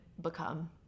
become